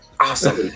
Awesome